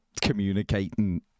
Communicating